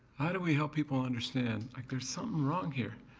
how do we help people understand like there's something wrong here?